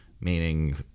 meaning